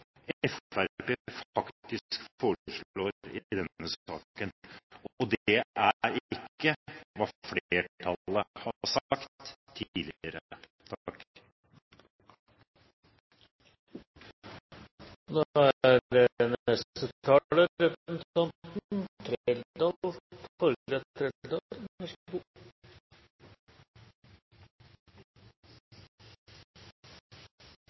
foreslår i denne saken, og det er ikke hva flertallet har sagt